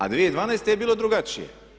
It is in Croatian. A 2012. je bilo drugačije.